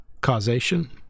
causation